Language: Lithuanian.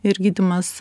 ir gydymas